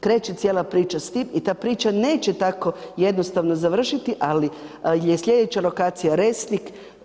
Kreće cijela priča s tim i ta priča neće tako jednostavno završiti, ali je slijedeća lokacija Resnik.